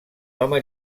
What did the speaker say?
home